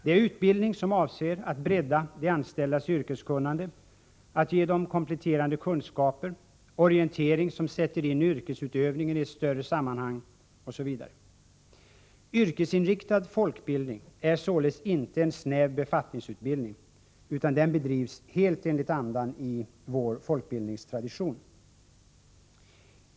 Det är utbildning som avser att bredda de anställdas yrkeskunnande, att ge dem kompletterande kunskaper, orientering som sätter in yrkesutövningen i ett större sammanhang osv. Yrkesinriktad folkbildning är således inte en snäv befattningsutbildning, utan den bedrivs helt enligt andan i vår folkbildningstradition.